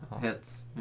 hits